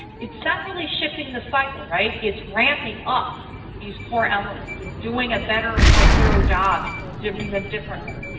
it's not really shifting the cycle, right? it's ramping up these core elements and doing a better or more thorough job and doing them differently.